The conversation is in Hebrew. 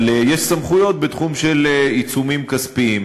אבל יש סמכויות בתחום של עיצומים כספיים,